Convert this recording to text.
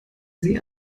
sie